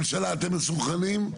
ממשלה, אתם מסונכרנים.